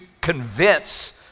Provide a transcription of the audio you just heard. convince